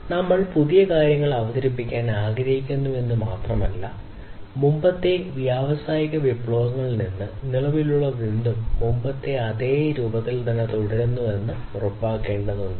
അതിനാൽ നമ്മൾ പുതിയ കാര്യങ്ങൾ അവതരിപ്പിക്കാൻ ആഗ്രഹിക്കുന്നുവെന്ന് മാത്രമല്ല മുമ്പത്തെ വ്യാവസായിക വിപ്ലവങ്ങളിൽ നിന്ന് നിലവിലുള്ളതെന്തും മുമ്പത്തെ അതേ രൂപത്തിൽ തന്നെ തുടരുന്നുവെന്ന് ഉറപ്പാക്കേണ്ടതുണ്ട്